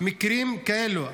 מקרים כאלה.